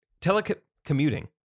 telecommuting